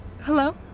Hello